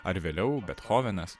ar vėliau bethovenas